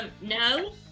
no